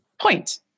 point